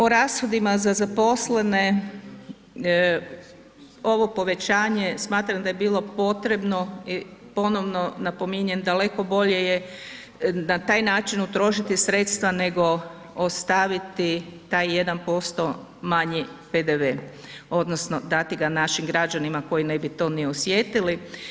O rashodima za zaposlene ovo povećanje smatram da je bilo potrebno i ponovno napominjem, daleko bolje je na taj način utrošiti sredstva nego ostaviti taj 1% manje PDV odnosno dati ga našim građanima koji ne bi to ni osjetili.